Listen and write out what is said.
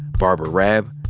barbara raab,